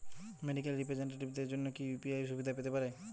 Medical রিপ্রেজন্টেটিভদের জন্য কি ইউ.পি.আই সুবিধা পেতে পারে?